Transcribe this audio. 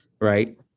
Right